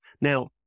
Now